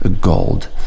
gold